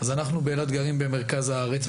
אז אנחנו באילת גרים במרכז הארץ,